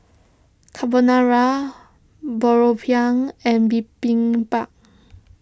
Carbonara and Bibimbap